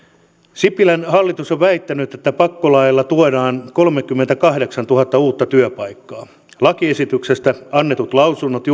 sipilän hallitus on väittänyt että pakkolaeilla tuodaan kolmekymmentäkahdeksantuhatta uutta työpaikkaa lakiesityksestä annetut lausunnot